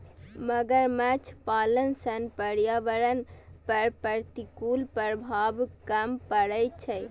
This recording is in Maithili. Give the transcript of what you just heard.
मगरमच्छ पालन सं पर्यावरण पर प्रतिकूल प्रभाव कम पड़ै छै